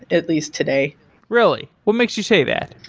at least today really? what makes you say that?